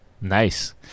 Nice